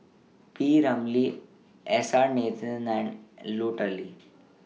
P Ramlee S R Nathan and Lut Ali